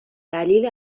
دلیل